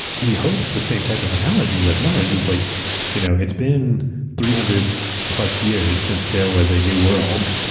he hopes the same type of analogy with mars is like you know it's been three hundred plus years since there was a new world.